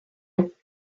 and